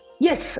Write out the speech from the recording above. Yes